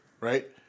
Right